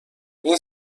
این